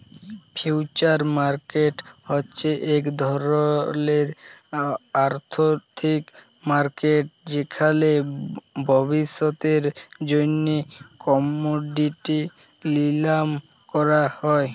future market হছে ইক ধরলের আথ্থিক মার্কেট যেখালে ভবিষ্যতের জ্যনহে কমডিটি লিলাম ক্যরা হ্যয়